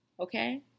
Okay